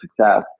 success